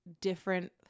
different